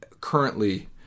currently